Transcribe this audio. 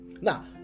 Now